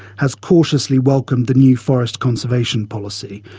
has cautiously welcomed the new forest conservation policy.